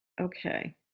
Okay